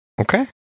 okay